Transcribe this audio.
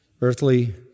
earthly